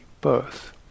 birth